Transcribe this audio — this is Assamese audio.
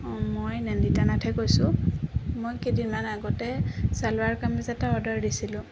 অঁ মই নন্দিতা নাথে কৈছোঁ মই কেইদিন মান আগতে চেলোৱাৰ কামিজ এটা অৰ্ডাৰ দিছিলোঁ